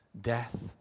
death